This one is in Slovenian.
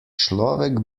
človek